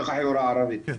בתוך החברה הערבית.